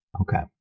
Okay